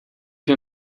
più